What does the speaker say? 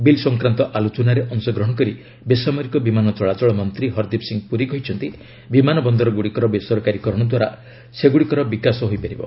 bill ସଂକ୍ରାନ୍ତ ଆଲୋଚନାରେ ଅଂଶଗ୍ରହର କରି ବେସାମରିକ ବିମାନ ଚଳାଚଳ ମନ୍ତ୍ରୀ ହରଦୀପ ସି ପୁରୀ କହିଛନ୍ତି ବିମାନ ବନ୍ଦରଗୁଡ଼ିକର ବେରସକାରୀକରଣ ଦ୍ୱାରା ସେଗୁଡ଼ିକର ବିକାଶ ହୋଇପାରିବ